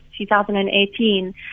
2018